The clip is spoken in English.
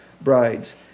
brides